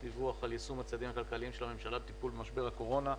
דיווח על יישום הצעדים הכלכליים של הממשלה בטיפול במשבר הקורונה.